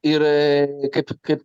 ir kaip kaip